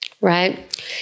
right